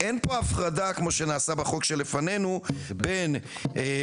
אין פה הפרדה כמו שנעשה בחוק שלפנינו בין אי מסוגלות.